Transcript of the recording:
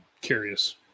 curious